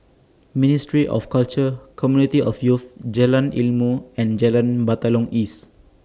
Ministry of Culture Community of Youth Jalan Ilmu and Jalan Batalong East